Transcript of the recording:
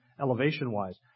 elevation-wise